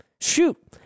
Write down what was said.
Shoot